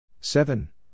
seven